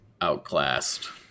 outclassed